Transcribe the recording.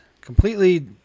completely